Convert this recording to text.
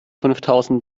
fünftausend